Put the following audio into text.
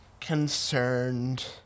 concerned